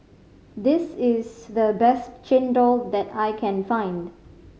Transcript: this is the best chendol that I can find